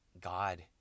God